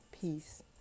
Peace